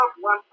one